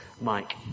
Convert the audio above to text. Mike